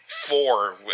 four